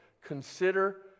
consider